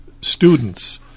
students